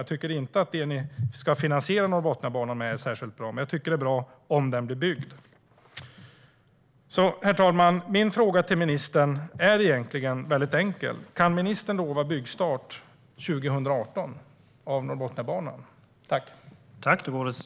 Jag tycker inte att det ni ska finansiera Norrbotniabanan med är särskilt bra, men jag tycker att det är bra om den blir byggd. Herr talman! Min fråga till ministern är väldigt enkel: Kan ministern lova byggstart av Norrbotniabanan 2018?